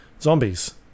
zombies